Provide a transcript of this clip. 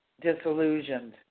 disillusioned